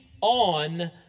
on